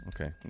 Okay